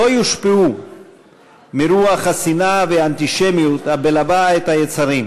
לא יושפעו מרוח השנאה והאנטישמית המלבה את היצרים,